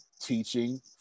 teaching